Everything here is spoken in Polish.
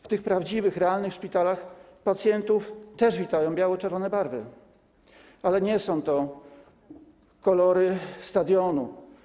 W tych prawdziwych, realnych szpitalach pacjentów też witają biało-czerwone barwy, ale nie są to kolory stadionu.